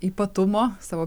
ypatumo savo